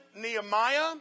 Nehemiah